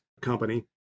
company